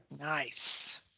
Nice